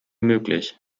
möglich